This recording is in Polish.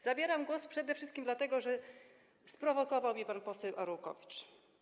Zabieram głos przede wszystkim dlatego, że sprowokował mnie pan poseł Arłukowicz.